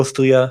אוסטריה,